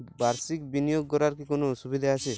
বাষির্ক বিনিয়োগ করার কি কোনো সুবিধা আছে?